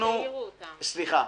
תודה.